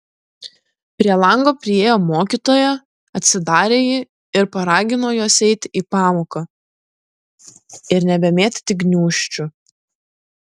prie lango priėjo mokytoja atsidarė jį ir paragino juos eiti į pamoką ir nebemėtyti gniūžčių